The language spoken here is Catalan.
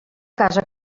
casa